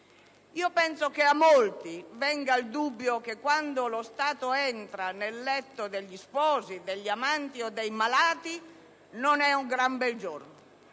Penso che a molti venga il dubbio che quando lo Stato entra nel letto degli sposi, degli amanti o dei malati non è un gran bel giorno,